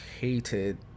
hated